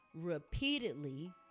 repeatedly